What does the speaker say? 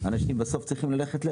אני מתכבד לפתוח את ישיבת ועדת הכלכלה.